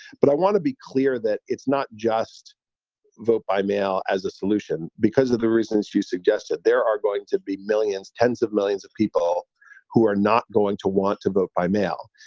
but i want to be clear that it's not just vote by mail as a solution because of the reasons you suggested that there are going to be millions, tens of millions of people who are not going to want to vote by mail.